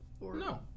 no